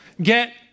get